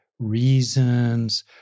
reasons